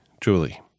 Julie